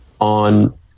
on